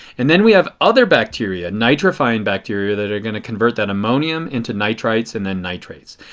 and then we have other bacteria, nitrifying bacteria that are going to convert that ammonium into nitrites and then nitrates.